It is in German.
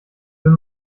will